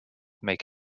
make